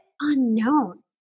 unknown